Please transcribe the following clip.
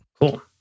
cool